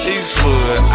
Eastwood